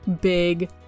big